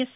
yes